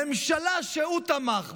הממשלה שהוא תמך בה,